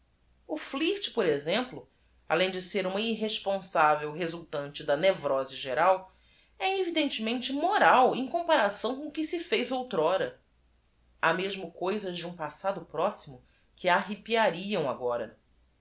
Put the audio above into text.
moraes flirt por exemplo além de ser uma irresponsável resultante da nevrose geral é evidentemente moral em comparação com o que se fez ou tr ora a mesmo coisas de u m passado próximo que